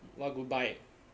what group buy